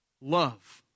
love